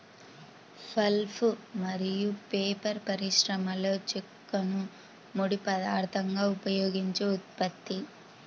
pulp మరియు paper పరిశ్రమలోచెక్కను ముడి పదార్థంగా ఉపయోగించే ఉత్పత్తి